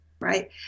right